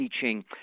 teaching